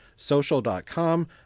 social.com